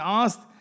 asked